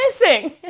missing